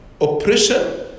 oppression